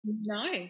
No